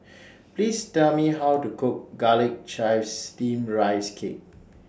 Please Tell Me How to Cook Garlic Chives Steamed Rice Cake